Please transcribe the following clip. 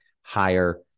higher